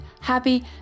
happy